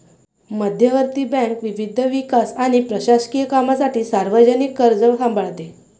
मध्यवर्ती बँक विविध विकास आणि प्रशासकीय कामांसाठी सार्वजनिक कर्ज सांभाळते